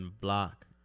block